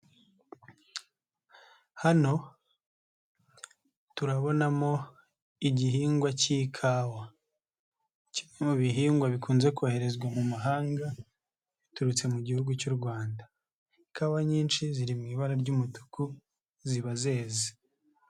Hano turabonamo igihingwa cy'ikawa. Kimwe mu bihingwa bikunze koherezwa mu mahanga, biturutse mu gihugu cy'u Rwanda. Ikawa nyinshi ziri mu ibara ry'umutuku, ziba zeze.